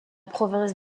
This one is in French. province